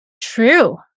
True